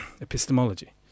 epistemology